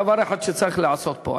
דבר אחד שצריך לעשות פה,